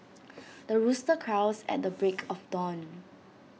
the rooster crows at the break of dawn